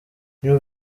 new